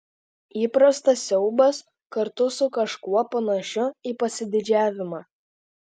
įprastas siaubas kartu su kažkuo panašiu į pasididžiavimą